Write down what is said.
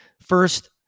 first